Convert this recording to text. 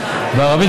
מכוחו,